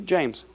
James